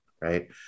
right